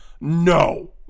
No